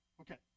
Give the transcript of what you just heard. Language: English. Okay